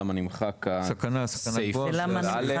למה נמחק סעיף (א).